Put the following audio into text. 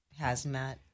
hazmat